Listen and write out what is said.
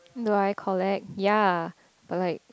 no I collect ya but like